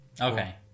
Okay